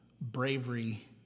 bravery